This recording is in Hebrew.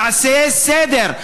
תעשה סדר,